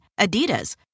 Adidas